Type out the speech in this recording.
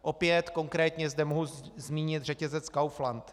Opět konkrétně zde mohu zmínit řetězec Kaufland.